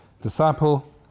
disciple